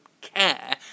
care